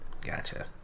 Gotcha